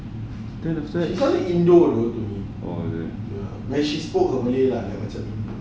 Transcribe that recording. she called it indo though ya when she spoke her malay like macam